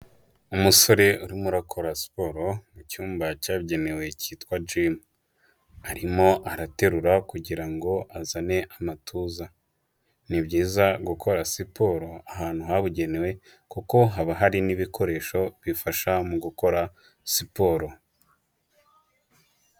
Umusore uririmo urakora siporo mu cyumba cyagenewe cyitwa jimu, arimo araterura kugira ngo azane amatuza, ni byiza gukora siporo ahantu habugenewe kuko haba hari n'ibikoresho bifasha mu gukora siporo.